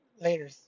Later